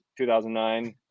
2009